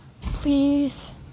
Please